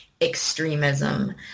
extremism